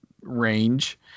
range